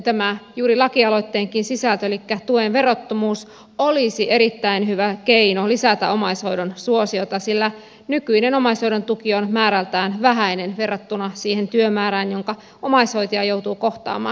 tämä juuri lakialoitteenkin sisältö elikkä tuen verottomuus olisi erittäin hyvä keino lisätä omaishoidon suosiota sillä nykyinen omaishoidon tuki on määrältään vähäinen verrattuna siihen työmäärään jonka omaishoitaja joutuu kohtaamaan